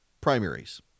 primaries